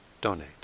donate